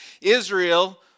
Israel